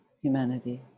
humanity